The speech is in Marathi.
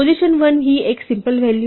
पोझिशन 1 ही एक सिम्पल व्हॅल्यू आहे